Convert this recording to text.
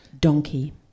Donkey